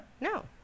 No